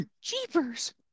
jeepers